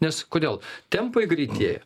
nes kodėl tempai greitėja